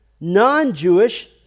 non-Jewish